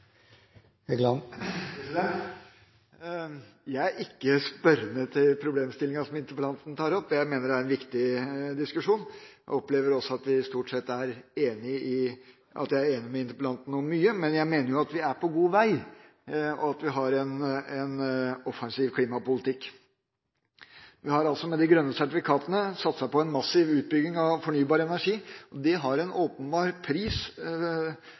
tar opp. Jeg mener det er en viktig diskusjon, og jeg opplever også at jeg er enig med interpellanten om mye. Men jeg mener at vi er på god vei, og at vi har en offensiv klimapolitikk. Vi har med de grønne sertifikatene satset på en massiv utbygging av fornybar energi. Det har en åpenbar pris